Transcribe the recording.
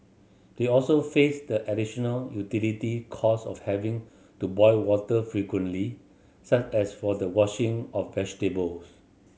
they also faced the additional utilities cost of having to boil water frequently such as for the washing of vegetables